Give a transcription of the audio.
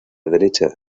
derecha